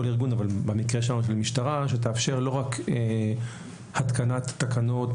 ארגון אבל במקרה שלנו זאת המשטרה שתאפשר לא רק התקנת תקנות,